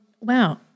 Wow